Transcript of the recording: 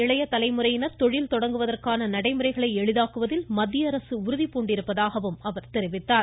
இளைய தலைமுறையினர் தொழில் தொடங்குவதற்கான நாட்டின் நடைமுறைகளை எளிதாக்குவதில் மத்திய அரசு உறுதி பூண்டிருப்பதாகவும் அவர் தெரிவித்தார்